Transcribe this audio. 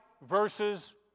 versus